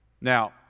Now